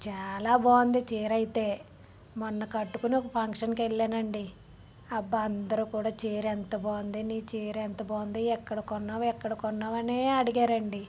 చాలా బాగుంది చీరైతే మొన్న కట్టుకుని ఒక ఫంక్షన్కి వెల్లానండి అబ్బ అందరూ కూడ చీర ఎంత బాగుందే నీ చీర ఎంత బావుందే ఎక్కడ కొన్నావు ఎక్కడ కొన్నావు అనే అడిగారండి